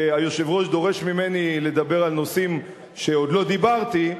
היושב-ראש דורש ממני לדבר על נושאים שעוד לא דיברתי עליהם,